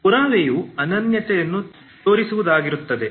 ಪುರಾವೆಯು ಅನನ್ಯತೆಯನ್ನು ತೋರಿಸುವುದಾಗಿರುತ್ತದೆ